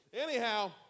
anyhow